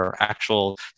actual